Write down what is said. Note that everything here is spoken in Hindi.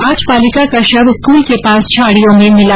आज बालिका का शव स्कूल के पास झाड़ियों मे मिला